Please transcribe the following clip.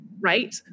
right